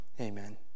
amen